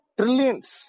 trillions